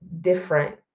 different